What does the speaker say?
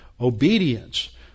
obedience